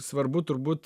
svarbu turbūt